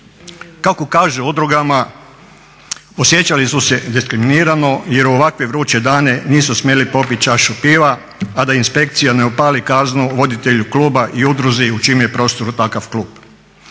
Kako kažu u udrugama, osjećali su se diskriminirano jer u ovakve vruće dane nisu smjeli popit čašu piva, a da inspekcija ne opali kaznu voditelju kluba i udruzi u čijem je prostoru takav klub.